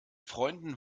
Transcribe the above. freunden